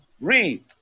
read